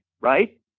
right